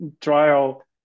trial